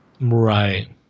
Right